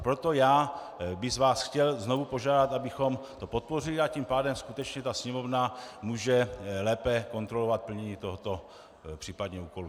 Proto bych vás chtěl znovu požádat, abychom to podpořili, a tím pádem skutečně Sněmovna může lépe kontrolovat plnění tohoto případně úkolu.